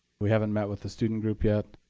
we haven't met with the student group yet,